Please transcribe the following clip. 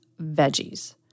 Veggies